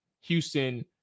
houston